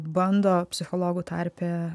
bando psichologų tarpe